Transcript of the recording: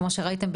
כמו שראיתם,